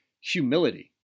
humility